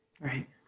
Right